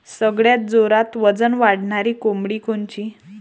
सगळ्यात जोरात वजन वाढणारी कोंबडी कोनची?